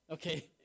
Okay